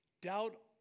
Doubt